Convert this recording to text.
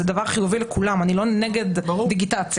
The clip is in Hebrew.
זה דבר חיובי לכולם, אני לא נגד דיגיטציה.